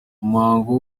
umuhango